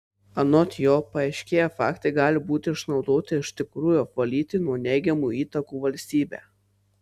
anot jo paaiškėję faktai gali būti išnaudoti iš tikrųjų apvalyti nuo neigiamų įtakų valstybę